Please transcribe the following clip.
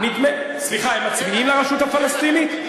סליחה, הם מצביעים לרשות הפלסטינית?